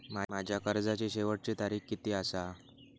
माझ्या कर्जाची शेवटची तारीख किती आसा?